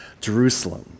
Jerusalem